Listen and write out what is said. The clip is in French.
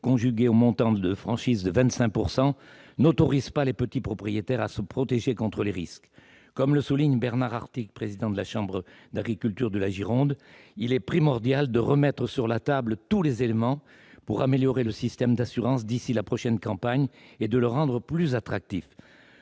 conjugués à un taux de franchise de 25 %, n'autorisent pas les petits propriétaires à se protéger contre les risques. Comme le souligne Bernard Artigue, président de la chambre d'agriculture de la Gironde, « il est primordial de remettre sur la table tous les éléments pour améliorer le système d'assurance d'ici à la prochaine campagne et de le rendre plus attractif